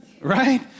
right